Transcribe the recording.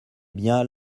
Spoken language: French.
bien